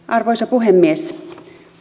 arvoisa puhemies